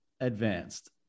advanced